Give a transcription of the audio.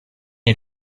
est